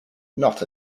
not